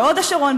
בהוד-השרון,